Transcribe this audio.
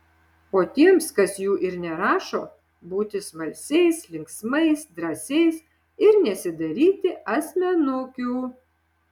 o tiems kas jų ir nerašo būti smalsiais linksmais drąsiais ir nesidaryti asmenukių